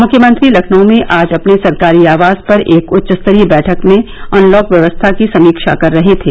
मुख्यमंत्री लखनऊ में आज अपने सरकारी आवास पर एक उच्च स्तरीय बैठक में अनलॉक व्यवस्था की समीक्षा कर रहे थे